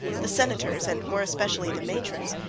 the senators, and more especially the matrons,